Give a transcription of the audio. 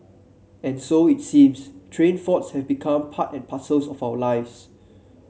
and so it seems train faults have become part and parcels of our lives